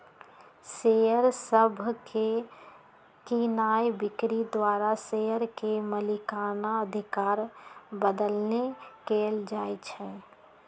share सभके कीनाइ बिक्री द्वारा शेयर के मलिकना अधिकार बदलैंन कएल जाइ छइ